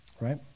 right